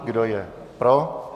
Kdo je pro?